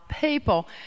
people